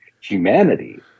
humanity